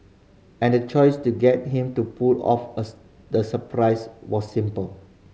and the choice to get him to pull off the surprise was simple